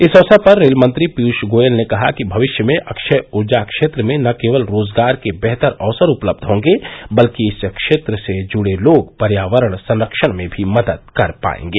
इस अवसर पर रेल मंत्री पीयूष गोयल ने कहा कि भविष्य में अक्षय ऊर्जा क्षेत्र में न केवल रोजगार के बेहतर अवसर उपलब्ध होंगे बल्कि इस क्षेत्र से जुड़े लोग पर्यावरण संरक्षण में भी मदद कर पाएंगे